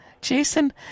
Jason